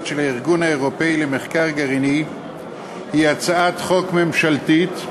של הארגון האירופי למחקר גרעיני היא הצעת חוק ממשלתית.